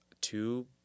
two